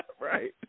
Right